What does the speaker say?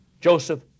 Joseph